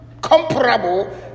comparable